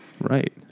Right